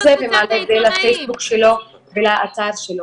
זה ומעלה את זה לפייסבוק שלו ולאתר שלו.